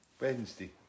Wednesday